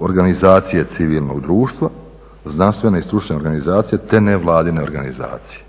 organizacije civilnog društva, znanstvene i stručne organizacije, te nevladine organizacije.